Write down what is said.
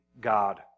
God